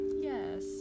Yes